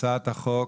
הצעת החוק?